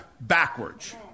backwards